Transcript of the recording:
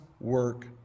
work